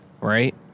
right